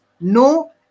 no